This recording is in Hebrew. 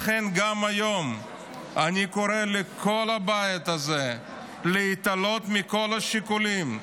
לכן גם היום אני קורא לכל הבית הזה להתעלות מעל כל השיקולים,